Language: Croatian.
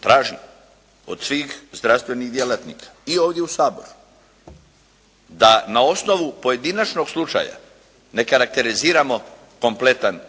tražim od svih zdravstvenih djelatnika i ovdje u Saboru da na osnovu pojedinačnog slučaja ne karakteriziramo kompletan,